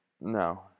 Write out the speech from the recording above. no